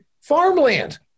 Farmland